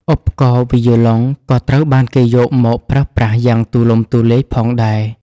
ឧបករណ៍វីយូឡុងក៏ត្រូវបានគេយកមកប្រើប្រាស់យ៉ាងទូលំទូលាយផងដែរ។